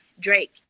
drake